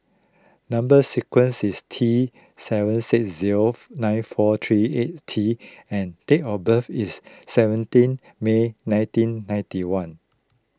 Number Sequence is T seven six zero nine four three eight T and date of birth is seventeen May nineteen ninety one